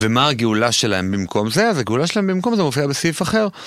ומה הגאולה שלהם במקום זה? אז הגאולה שלהם במקום זה מופיעה בסעיף אחר.